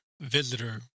visitor